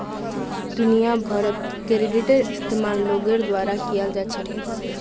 दुनिया भरत क्रेडिटेर इस्तेमाल लोगोर द्वारा कियाल जा छेक